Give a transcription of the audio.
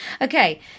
Okay